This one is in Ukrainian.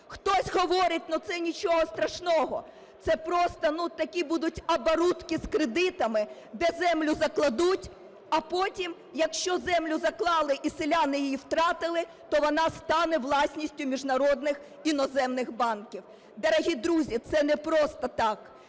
Хтось говорить, але це нічого страшного, це просто такі будуть оборудки з кредитами, де землю закладуть, а потім, якщо землю заклали і селяни її втратили, то вона стане власністю міжнародних іноземних банків. Дорогі друзі, це непросто так.